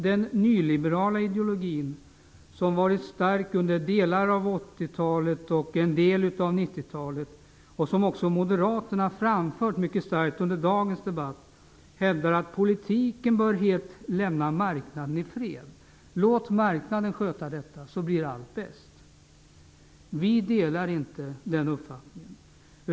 Den nyliberala ideologin som har varit stark under delar av 80-talet och en del av 90 talet och som moderaterna också framfört mycket starkt under dagens debatt hävdar att politiken helt bör lämna marknaden i fred. Låter man marknaden sköta detta blir allt bra. Vi delar inte den uppfattningen.